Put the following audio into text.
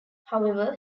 however